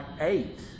eight